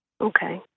Okay